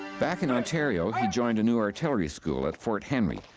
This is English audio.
back in ontario he joined a new artillery school at fort henry,